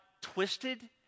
twisted